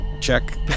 check